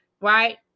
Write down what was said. Right